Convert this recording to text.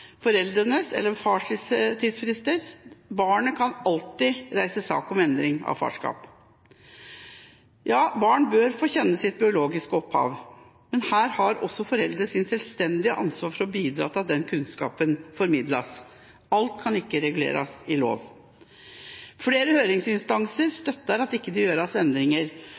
foreldrenes – fars – tidsfrister. Barnet kan alltid reise sak om endring av farskap. Ja, barn bør få kjenne sitt biologiske opphav, men her har også foreldre et selvstendig ansvar for å bidra til at denne kunnskapen formidles. Alt kan ikke reguleres i lov. Flere høringsinstanser støtter at det ikke gjøres endringer,